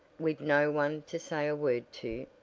with no one to say a word to